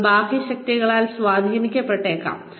അവർ ബാഹ്യശക്തികളാൽ സ്വാധീനിക്കപ്പെട്ടേക്കാം